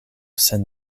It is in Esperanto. sen